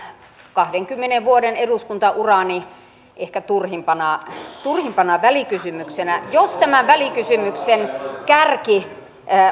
kahdenkymmenen vuoden eduskuntaurani ehkä turhimpana turhimpana välikysymyksenä jos tämä välikysymyksen kärki